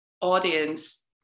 audience